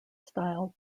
style